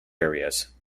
areas